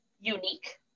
unique